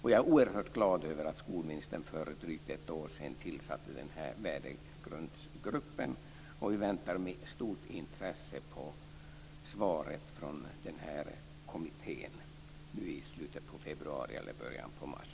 Jag är oerhört glad över att skolministern för drygt ett år sedan tillsatte värdegrundsgruppen. Vi väntar med stort intresse på svaret från denna kommitté i slutet på februari eller början på mars.